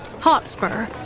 Hotspur